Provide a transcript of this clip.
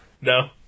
no